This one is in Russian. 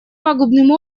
пагубным